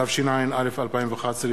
התשע"א 2011,